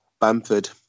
Bamford